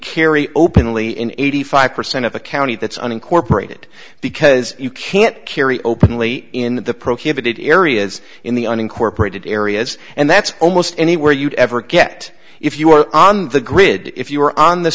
carry openly in eighty five percent of the county that's unincorporated because you can't carry openly in the prohibited areas in the unincorporated areas and that's almost anywhere you'd ever get if you were on the grid if you were on the